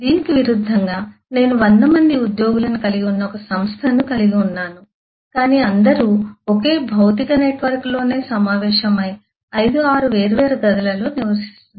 దీనికి విరుద్ధంగా నేను 100 మంది ఉద్యోగులను కలిగి ఉన్న ఒక సంస్థను కలిగి ఉన్నాను కాని అందరూ ఒకే భౌతిక నెట్వర్క్లోనే సమావేశమై 5 6 వేర్వేరు గదులలో నివసిస్తున్నారు